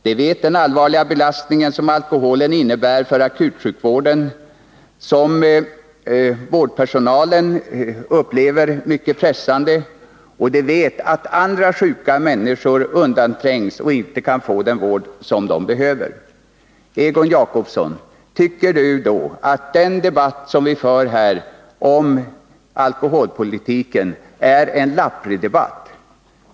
De vet vilken allvarlig belastning alkoholen innebär för akutsjukvården och som vårdpersonalen upplever som mycket pressande. De vet att andra sjuka undanträngs och inte kan få den vård som de behöver. Jag vill fråga om Egon Jacobsson tycker att den debatt som vi här för om alkoholpolitiken är en lappridebatt?